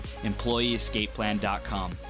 EmployeeEscapePlan.com